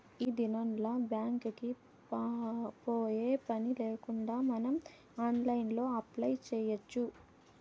ఈ దినంల్ల బ్యాంక్ కి పోయే పనిలేకుండా మనం ఆన్లైన్లో అప్లై చేయచ్చు